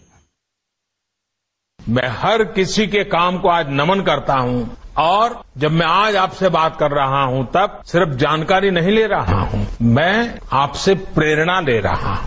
bite मैं हर किसी के काम को आज नमन करता हूं और जब मैं आज आपसे बात कर रहा हूं तब सिर्फ जानकारी नहीं ले रहा हूं मैं आपसे प्रेरणा ले रहा हूं